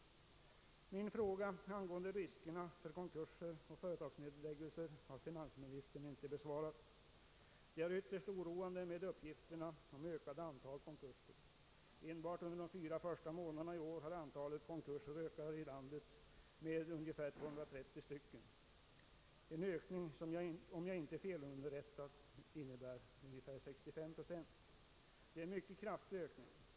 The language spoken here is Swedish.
Min fråga angående riskerna för konkurser och företagsnedläggelser har finansministern inte besvarat. Det är ytterst oroande med uppgifterna om det ökande antalet konkurser. Enbart under de fyra första månaderna i år har antalet konkurser ökat i landet med 230, en ökning med ungefär 65 procent, om jag inte är felunderrättad. Det är en mycket kraftig ökning.